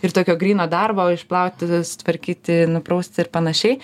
ir tokio gryno darbo išplauti sutvarkyti nuprausti ir panašiai